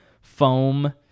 foam